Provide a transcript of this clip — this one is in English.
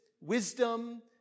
wisdom